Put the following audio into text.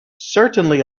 certainly